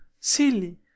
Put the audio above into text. silly